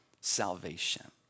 salvation